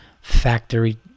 factory